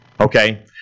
Okay